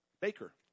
Baker